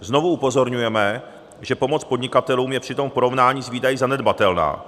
Znovu upozorňujeme, že pomoc podnikatelům je přitom v porovnání s výdaji zanedbatelná.